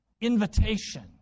invitation